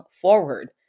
forward